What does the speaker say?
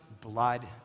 blood